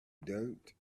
dirt